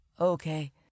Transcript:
okay